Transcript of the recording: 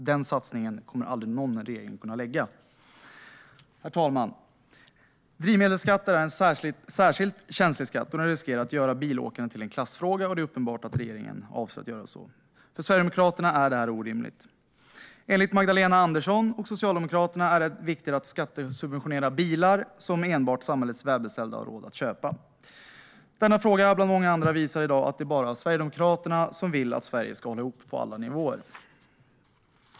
Den satsningen kommer aldrig någon regering att kunna göra. Herr talman! Drivmedelsskatten är en särskilt känslig skatt som riskerar att göra bilåkandet till en klassfråga, och det är uppenbart att regeringen avser att göra så. För Sverigedemokraterna är det här orimligt. Enligt Magdalena Andersson och Socialdemokraterna är det viktigt att skattesubventionera bilar som enbart samhällets välbeställda har råd att köpa. Denna fråga bland många andra visar i dag att det bara är Sverigedemokraterna som vill att Sverige ska hålla ihop på alla nivåer.